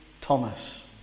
Thomas